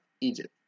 Egypt